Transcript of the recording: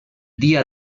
dia